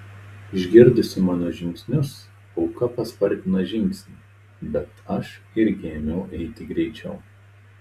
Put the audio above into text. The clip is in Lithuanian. išgirdusi mano žingsnius auka paspartino žingsnį bet aš irgi ėmiau eiti greičiau